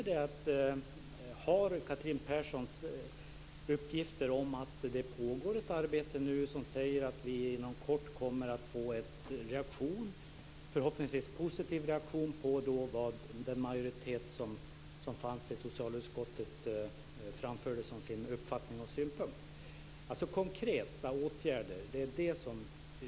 Catherine Persson säger att det pågår ett arbete och att vi inom kort kommer att få en reaktion, förhoppningsvis en positiv sådan, på vad majoriteten i socialutskottet framförde som sin uppfattning och synpunkt.